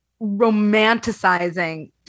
romanticizing